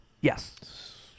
Yes